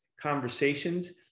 conversations